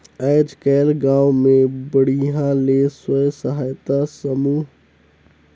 आयज कायल गांव मे बड़िहा ले स्व सहायता हर करजा देहे के घलो बूता करथे